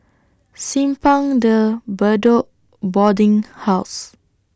Simpang De Bedok Boarding House